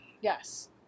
Yes